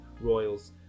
Royals